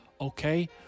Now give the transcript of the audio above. Okay